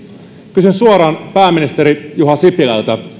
kysyn suoraan pääministeri juha sipilältä